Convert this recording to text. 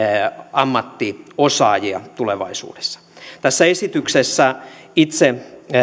ammattiosaajia tulevaisuudessa tässä esityksessä itse